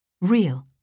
Real